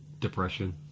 Depression